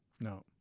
No